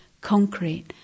concrete